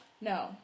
No